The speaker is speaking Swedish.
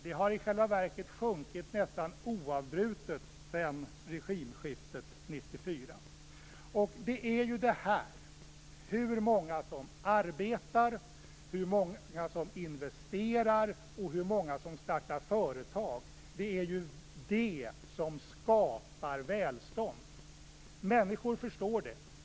Det har i själva verket sjunkit nästan oavbrutet sedan regimskiftet 1994. Det är ju det här - hur många som arbetar, hur många som investerar, hur många som startar företag - som skapar välstånd. Människor förstår det.